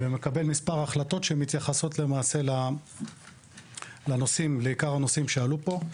ומקבל מספר החלטות שמתייחסות למעשה לעיקר הנושאים שעלו פה.